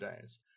days